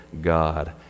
God